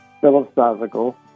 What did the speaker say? philosophical